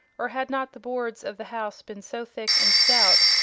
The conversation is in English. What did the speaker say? or had not the boards of the house been so thick and stout,